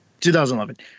2011